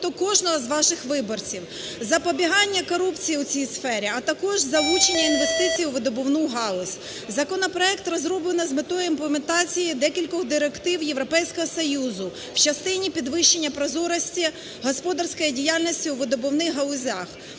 Законопроект розроблено з метою імплементації декількох директив Європейського Союзу в частині підвищення прозорості господарської діяльності у видобувних галузях.